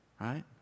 Right